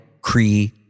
Cree